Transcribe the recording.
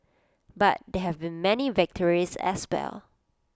but there have been many victories as well